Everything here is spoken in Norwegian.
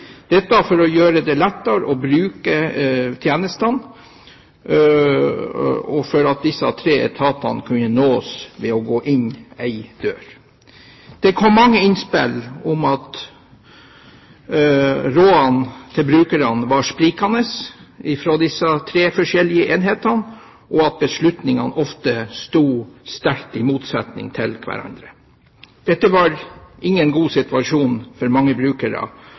dette for å gjøre det lettere å bruke tjenestene, og for at disse tre etatene kunne nås ved at man kunne gå inn én dør. Det kom mange innspill om at rådene til brukerne var sprikende fra disse tre forskjellige enhetene, og at beslutningene ofte sto sterkt i motsetning til hverandre. Dette var ingen god situasjon for mange brukere,